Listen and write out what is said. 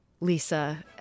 Lisa